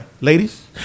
ladies